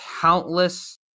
countless